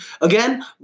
Again